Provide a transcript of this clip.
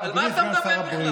על מה אתה מדבר בכלל?